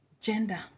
gender